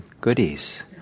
goodies